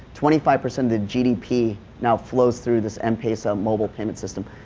twenty five percent of the gdp now flows through this m-pesa mobile payment system.